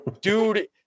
dude